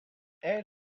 and